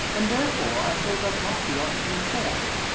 and, therefore, i hold that brocky ought to be informed.